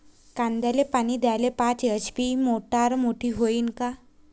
कांद्याले पानी द्याले पाच एच.पी ची मोटार मोटी व्हईन का?